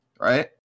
Right